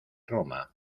roma